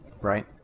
right